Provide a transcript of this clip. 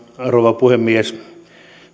rouva puhemies